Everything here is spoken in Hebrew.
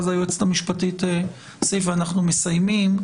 ואז היועצת המשפטית תוסיף ואנחנו מסיימים.